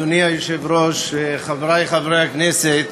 אדוני היושב-ראש, חברי חברי הכנסת,